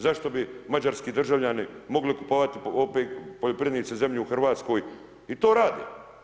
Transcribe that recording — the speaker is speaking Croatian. Zašto bi mađarski državljani mogli kupovati poljoprivrednici zemlju u Hrvatskoj i to rade.